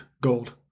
gold